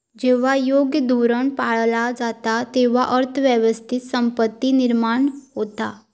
जेव्हा योग्य धोरण पाळला जाता, तेव्हा अर्थ व्यवस्थेत संपत्ती निर्माण होता